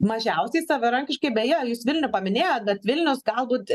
mažiausiai savarankiški beje jūs vilnių paminėjot bet vilnius galbūt